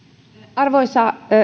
arvoisa